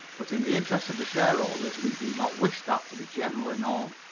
but in the interests of the shareholders we do not wish that to be generally known.